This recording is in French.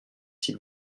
s’il